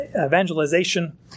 evangelization